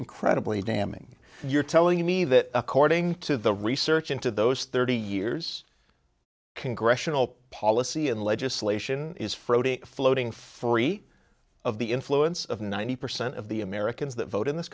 incredibly damning you're telling me that according to the research into those thirty years congressional policy and legislation is for floating free of the influence of ninety percent of the americans that vote in this